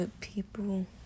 people